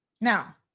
Now